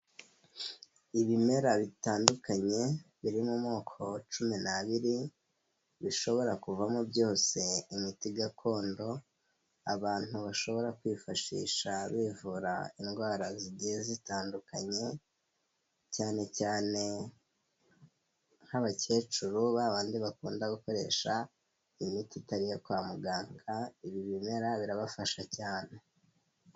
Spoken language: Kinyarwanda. Ibimera bitandukanye, biri mu moko cumi n'abiri, bishobora kuvamo byose imiti gakondo, abantu bashobora kwifashisha bivura indwara zigiye zitandukanye, cyane cyane nk'abakecuru, babandi bakunda gukoresha imiti itari iyo kwa muganga, ibi bimera birabafasha cyane.